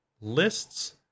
lists